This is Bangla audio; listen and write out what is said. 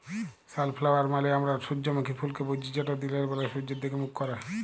সালফ্লাওয়ার মালে আমরা সূজ্জমুখী ফুলকে বুঝি যেট দিলের ব্যালায় সূয্যের দিগে মুখ ক্যারে